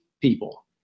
people